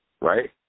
right